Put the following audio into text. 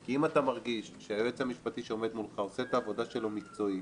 כי אם אתה מרגיש שהיועץ המשפטי שעומד מולך עושה את העבודה שלו מקצועית,